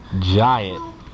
giant